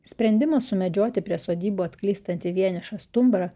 sprendimas sumedžioti prie sodybų atklystantį vieniša stumbrą